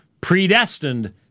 predestined